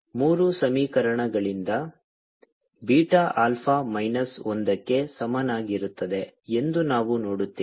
ಆದ್ದರಿಂದ ಮೂರು ಸಮೀಕರಣಗಳಿಂದ ಬೀಟಾ ಆಲ್ಫಾ ಮೈನಸ್ ಒಂದಕ್ಕೆ ಸಮನಾಗಿರುತ್ತದೆ ಎಂದು ನಾವು ನೋಡುತ್ತೇವೆ